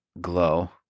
glow